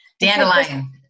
Dandelion